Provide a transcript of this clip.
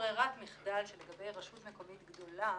ברירת מחדל שלגבי רשות מקומית גדולה